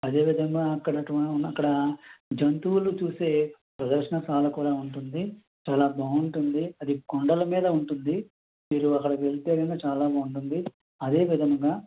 అదే విధంగా అక్కడ అక్కడ జంతువులు చూసే ప్రదర్శనాశాల కూడా ఉంటుంది చాలా బాగుంటుంది అది కొండల మీద ఉంటుంది మీరు అక్కడికి వెళ్తే కనుక చాలా బాగుంటుంది అదే విధంగా